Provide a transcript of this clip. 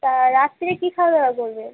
তা রাত্রে কী খাওয়া দাওয়া করবেন